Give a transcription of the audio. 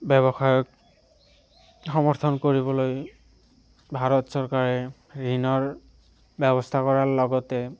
ব্যৱসায়ক সমৰ্থন কৰিবলৈ ভাৰত চৰকাৰে ঋণৰ ব্যৱস্থা কৰাৰ লগতে